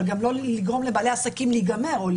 אבל גם לא לגרום לבעלי עסקים להיגמר.